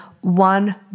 one